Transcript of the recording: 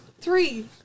Three